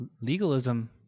legalism